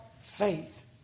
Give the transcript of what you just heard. faith